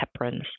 heparins